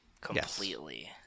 completely